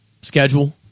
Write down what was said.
schedule